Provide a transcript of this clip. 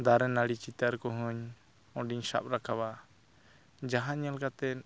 ᱫᱟᱨᱮ ᱱᱟᱹᱲᱤ ᱪᱤᱛᱟᱹᱨ ᱠᱚᱦᱚᱧ ᱚᱸᱰᱮᱧ ᱥᱟᱵ ᱨᱟᱠᱟᱵᱟ ᱡᱟᱦᱟᱸ ᱧᱮᱞ ᱠᱟᱛᱮᱫ